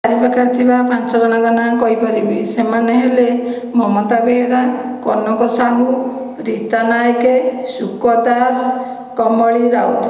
ଚାରି ପାଖରେ ଥିବା ପାଞ୍ଚ ଜଣଙ୍କ ନାଁ କହିପାରିବି ସେମାନେ ହେଲେ ମମତା ବେହେରା କନକ ସାହୁ ରୀତା ନାୟକ ଶୁକ ଦାସ କମଳି ରାଉତ